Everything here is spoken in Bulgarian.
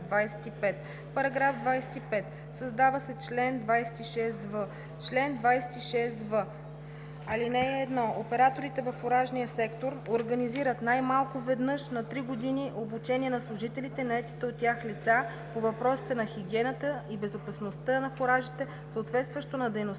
25: „§ 25. Създава се чл. 26в: „Чл. 26в. (1) Операторите във фуражния сектор организират най-малко веднъж на три години обучение на служителите и наетите от тях лица по въпросите на хигиената и безопасността на фуражите, съответстващо на дейността,